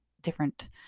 different